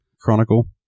Chronicle